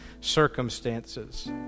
circumstances